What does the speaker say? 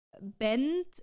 bend